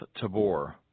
tabor